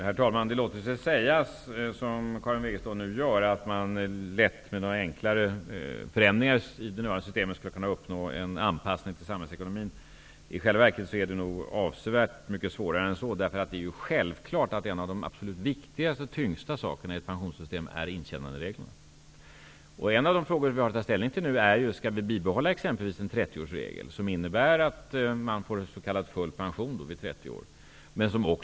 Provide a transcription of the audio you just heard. Herr talman! Det låter sig sägas, vilket Karin Wegestål nu gör, att man lätt med några enklare förändringar i det nuvarande systemet skall kunna uppnå en anpassning till samhällsekonomin. I själva verket är det nog avsevärt mycket svårare än så. Det är självklart att en av de viktigaste och tyngsta delarna i pensionssystemet är intjänandereglerna. En av de frågor som vi nu har att ta ställning till är om vi exempelvis skall behålla trettioårsregeln. Den innebär att man får s.k. full pension om man har arbetat i 30 år.